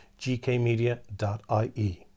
gkmedia.ie